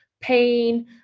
pain